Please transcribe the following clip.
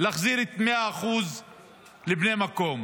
להחזיר 100% לבני המקום.